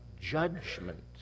judgment